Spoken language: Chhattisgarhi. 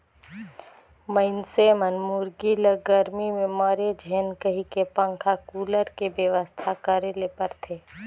मइनसे मन मुरगी ल गरमी में मरे झेन कहिके पंखा, कुलर के बेवस्था करे ले परथे